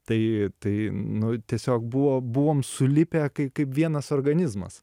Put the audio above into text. tai tai nu tiesiog buvo buvom sulipę kai kaip vienas organizmas